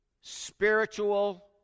spiritual